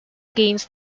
gains